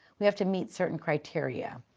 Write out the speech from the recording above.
we have to meet certain criteria.